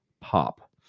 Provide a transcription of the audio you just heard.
pop